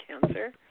cancer